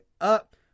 up